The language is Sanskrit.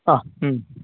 आम् म्